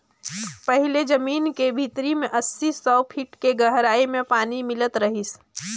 पहिले जमीन के भीतरी में अस्सी, सौ फीट के गहराई में पानी मिलत रिहिस